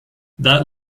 that